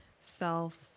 self